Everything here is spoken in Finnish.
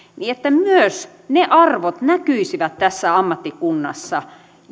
niin myös ne arvot näkyisivät tässä ammattikunnassa